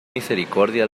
misericordia